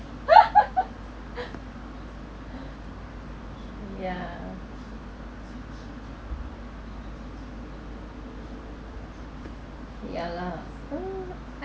yeah ya lah